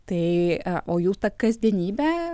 tai a o jų ta kasdienybė